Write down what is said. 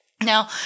Now